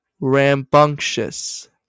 Rambunctious